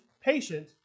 patient